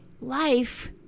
Life